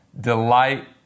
delight